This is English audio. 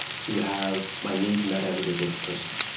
to have my needs met as a disabled person.